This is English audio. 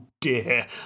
dear